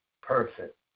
perfect